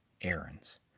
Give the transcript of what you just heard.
errands